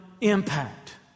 impact